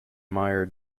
mire